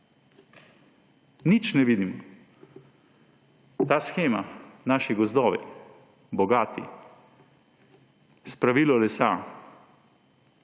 Nič ne vidim. Ta shema, naši gozdovi, bogati, spravilo lesa.